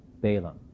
Balaam